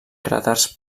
cràters